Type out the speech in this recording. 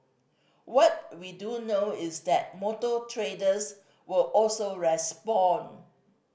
what we do know is that motor traders will also respond